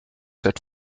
set